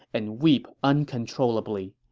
and weep uncontrollably.